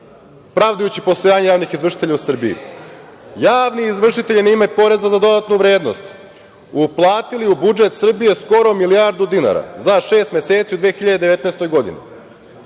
pravdajući postojanje javnih izvršitelja u Srbiji javni izvršitelji na ime poreza na dodatu vrednost uplatili u budžet Srbije skoro milijardu dinara za šest meseci u 2019. godini.